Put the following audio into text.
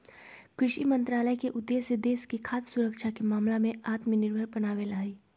कृषि मंत्रालय के उद्देश्य देश के खाद्य सुरक्षा के मामला में आत्मनिर्भर बनावे ला हई